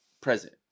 present